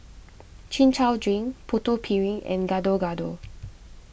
Chin Chow Drink Putu Piring and Gado Gado